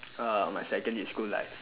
uh my secondary school life